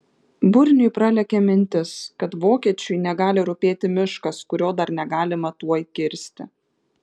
burniui pralėkė mintis kad vokiečiui negali rūpėti miškas kurio dar negalima tuoj kirsti